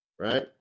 right